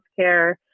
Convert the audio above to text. healthcare